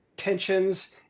tensions